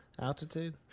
altitude